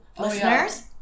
listeners